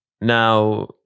Now